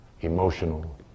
emotional